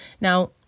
Now